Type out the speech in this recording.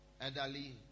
elderly